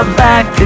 back